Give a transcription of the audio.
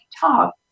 talk